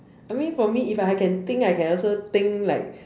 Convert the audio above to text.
I mean for me if I have can ding I can also ding like